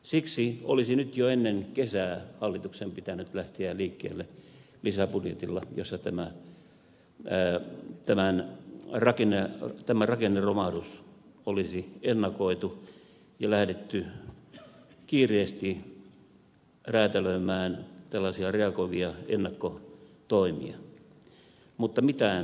siksi olisi nyt jo ennen kesää hallituksen pitänyt lähteä liikkeelle lisäbudjetilla jossa tämä rakenneromahdus olisi ennakoitu ja lähdetty kiireesti räätälöimään tällaisia reagoivia ennakkotoimia mutta mitään ei esitetä